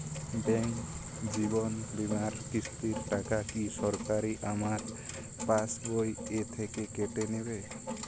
Bank জীবন বিমার কিস্তির টাকা কি সরাসরি আমার পাশ বই থেকে কেটে নিবে?